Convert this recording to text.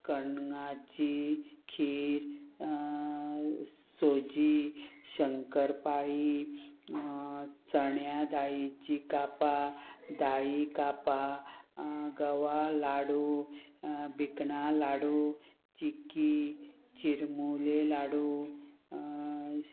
कणगाची खीर सोजी शंकर पाळी चण्या दाळीची कापां दाळी कापा गवा लाडू भिकणां लाडू चिकी चिरमुले लाडू